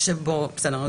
בסדר.